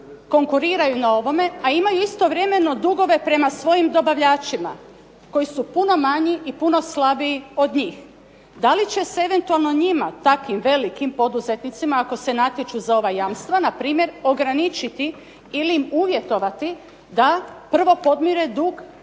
konkuriraju na ovome, a imaju istovremeno dugove prema svojim dobavljačima koji su puno manji i puno slabiji od njih, da li će se eventualno njima takvim velikim poduzetnicima ako se natječu za ova jamstva npr. ograničiti ili im uvjetovati da prvo podmire dug